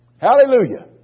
Hallelujah